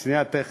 שנייה, תכף,